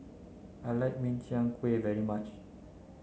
I like Min Chiang Kueh very much